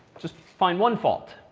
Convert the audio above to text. just find one fault.